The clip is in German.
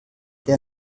der